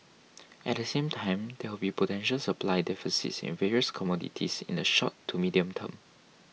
at the same time there will be potential supply deficits in various commodities in the short to medium term